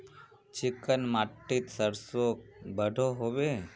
Chicken माटित सरसों बढ़ो होबे?